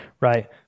Right